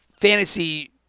fantasy